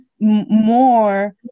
more